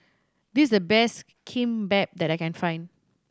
this is the best Kimbap that I can find